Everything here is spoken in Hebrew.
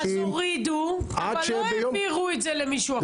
אז הורידו אבל לא העבירו את זה למישהו אחר.